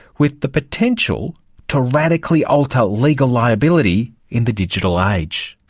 with the potential to radically alter legal liability in the digital age.